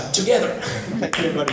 together